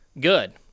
good